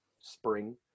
spring